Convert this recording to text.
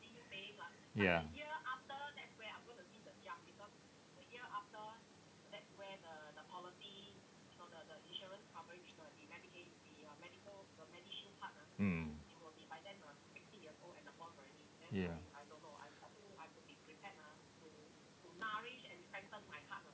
ya mm ya